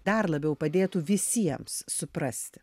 dar labiau padėtų visiems suprasti